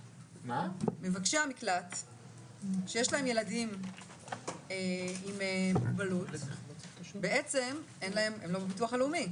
מבקשי המקלט שיש להם ילדים עם מוגבלות בעצם הם לא בביטוח הלאומי,